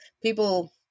People